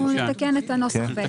אנחנו נתקן את הנוסח בהתאם.